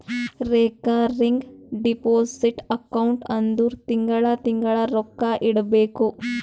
recurring deposit account ಅಂದುರ್ ತಿಂಗಳಾ ತಿಂಗಳಾ ರೊಕ್ಕಾ ಇಡಬೇಕು